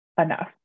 enough